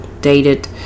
dated